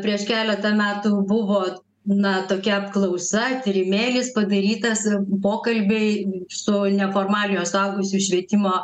prieš keletą metų buvo na tokia apklausa tyrimėlis padarytas pokalbiai su neformaliojo suaugusiųjų švietimo